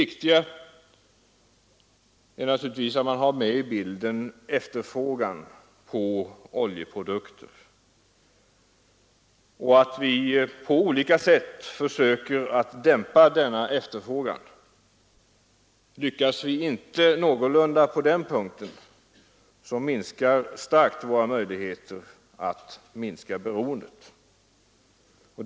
Viktigt är naturligtvis att vi på olika sätt försöker dämpa efterfrågan på oljeprodukter. Lyckas vi inte någorlunda med det, försämras allvarligt våra möjligheter att minska beroendet.